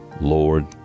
Lord